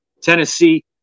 Tennessee